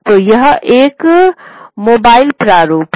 तो यह एक मोबाइल प्रारूप है